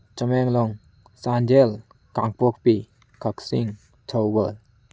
ꯇꯥꯃꯦꯡꯂꯣꯡ ꯆꯥꯟꯗꯦꯜ ꯀꯥꯡꯄꯣꯛꯄꯤ ꯀꯛꯆꯤꯡ ꯊꯧꯕꯥꯜ